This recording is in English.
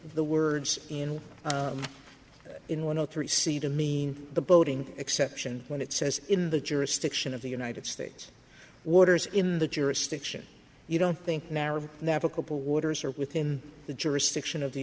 the words in in one of three c to mean the boating exception when it says in the jurisdiction of the united states waters in the jurisdiction you don't think marriage navigable waters are within the jurisdiction of the